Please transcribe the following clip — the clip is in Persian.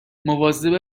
مواظب